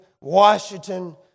Washington